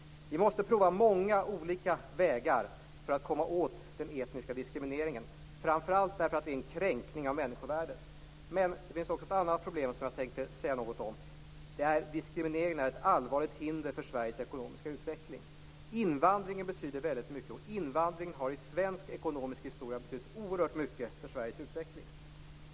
Vi måste prova många olika vägar för att komma åt den etniska diskrimineringen, framför allt därför att det är en kränkning av människovärdet. Men det finns också ett annat problem som jag tänkte säga något om. Diskriminering är ett allvarligt hinder för Sveriges ekonomiska utveckling. Invandringen betyder väldigt mycket. Invandringen har i svensk ekonomisk historia betytt oerhört mycket för Sveriges utveckling.